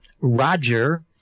Roger